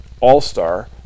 all-star